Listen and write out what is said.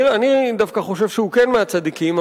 אני דווקא חושב שהוא כן מהצדיקים,